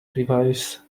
revives